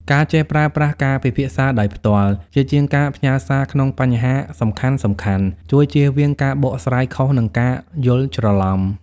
ការចេះប្រើប្រាស់ "ការពិភាក្សាដោយផ្ទាល់" ជាជាងការផ្ញើសារក្នុងបញ្ហាសំខាន់ៗ ជួយជៀសវាងការបកស្រាយខុស និងការយល់ច្រឡំ។